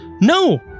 No